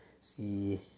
see